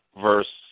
versus